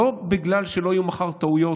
לא בגלל שלא יהיו מחר טעויות,